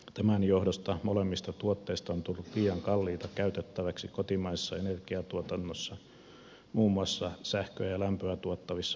tämän johdosta molemmista tuotteista on tullut liian kalliita käytettäväksi kotimaisessa energiantuotannossa muun muassa sähköä ja lämpöä tuottavissa voimaloissa